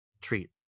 treat